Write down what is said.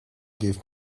give